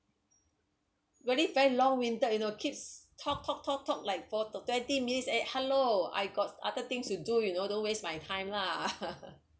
really felt long winter you know keeps talk talk talk talk like for twenty minutes eh hello I got other things to do you know don't waste my time lah